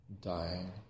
dying